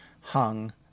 hung